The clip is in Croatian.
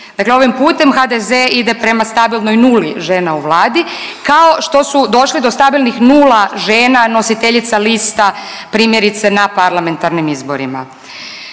Dakle, ovim putem HDZ ide prema stabilnoj nuli žena u Vladi kao što su do stabilnih nula žena nositeljica lista primjerice na parlamentarnim izborima.